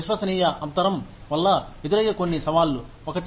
విశ్వసనీయ అంతరం వల్ల ఎదురయ్యే కొన్ని సవాళ్లు 1